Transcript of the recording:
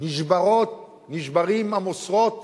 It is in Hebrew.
נשברות המוסרות